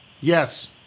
Yes